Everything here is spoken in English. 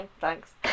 thanks